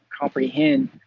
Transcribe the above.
comprehend